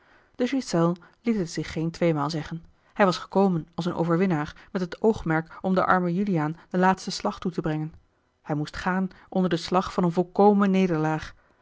de ghiselles liet het zich geen tweemaal zeggen hij was gekomen als een overwinnaar met het oogmerk om den armen juliaan den laatsten slag toe te brengen hij moest gaan onder den slag van eene volkomene nederlaag